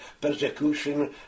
persecution